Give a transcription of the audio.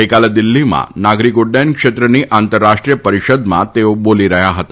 ગઇકાલાદિલ્ફીમાં નાગરિક ઉફ્ટયન ક્ષવ્રની આંતરરાષ્ટ્રીય પરિષદમાં તશ્રો છોલી રહ્યા હતા